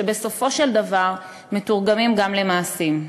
שבסופו של דבר מתורגמות גם למעשים.